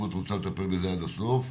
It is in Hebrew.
אם את רוצה לטפל בזה עד הסוף,